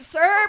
Sir